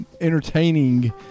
entertaining